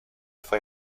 fue